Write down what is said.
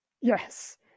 Yes